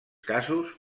casos